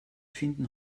finden